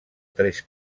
tres